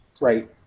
Right